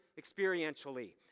experientially